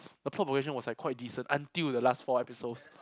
the was quite decent until the last four episodes